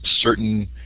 certain